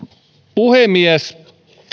puhemies